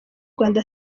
rwanda